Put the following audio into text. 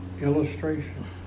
illustration